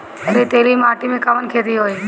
रेतीली माटी में कवन खेती होई?